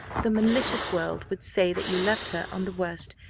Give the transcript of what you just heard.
the malicious world would say that you left her on the worst,